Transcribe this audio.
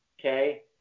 okay